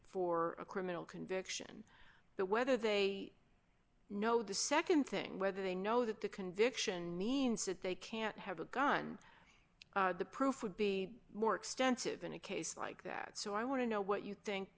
for a criminal conviction that whether they know the nd thing whether they know that the conviction that they can't have a gun the proof would be more extensive in a case like that so i want to know what you think